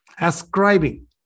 ascribing